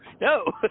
No